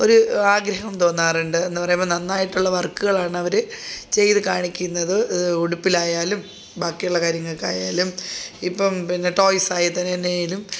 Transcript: ഒരു ആഗ്രഹം തോന്നാറുണ്ട് എന്നുപറയുമ്പോൾ നന്നായിട്ടുള്ള വർക്കുകളാണ് അവർ ചെയ്ത് കാണിക്കുന്നത് ഉടുപ്പിലായാലും ബാക്കിയുള്ള കാര്യങ്ങൾക്കായാലും ഇപ്പം പിന്നെ ടോയ്സ് അതിൽ തന്നെയാണെങ്കിലും